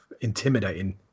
intimidating